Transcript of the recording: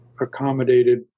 accommodated